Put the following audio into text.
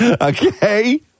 Okay